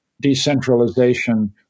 decentralization